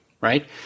right